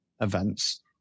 events